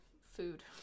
food